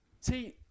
See